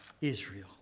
Israel